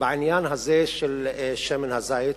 בעניין הזה של שמן הזית.